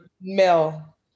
mel